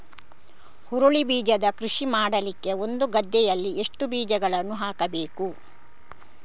ಹುರುಳಿ ಬೀಜದ ಕೃಷಿ ಮಾಡಲಿಕ್ಕೆ ಒಂದು ಗದ್ದೆಯಲ್ಲಿ ಎಷ್ಟು ಬೀಜಗಳನ್ನು ಹಾಕಬೇಕು?